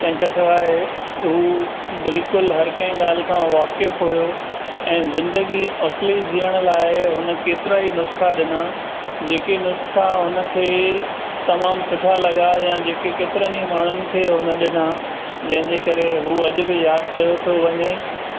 तंहिंखां सवाइ हू बिल्कुलु हर कंहिं ॻाल्हि खां वाक़ुफ़ु हुयो ऐं ज़िंदगी असली जीअण लाइ हुन केतिरा ई नुस्खा ॾिना जेके नुस्खा हुन खे तमामु सुठा लॻा या जेके केतिरनि ई माण्हुनि खे हुन ॾिना जंहिंजे करे हू अॼु बि यादि कयो थो वञे